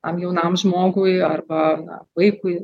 tam jaunam žmogui arba na vaikui